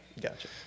Gotcha